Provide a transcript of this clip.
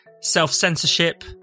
self-censorship